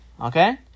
Okay